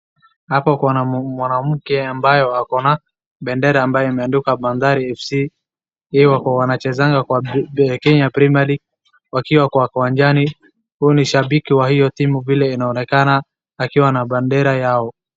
Hapa kuna mwanamke ambaye ako na bendera ambayo imeandikwa bandari F.C , hiyo wanachezanga kwa group ya Kenya premier league wakiwa kwa uwanjani, huyu ni shabiki wa hiyo timu vile inaonekana akiwa na bendera yao.